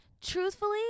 truthfully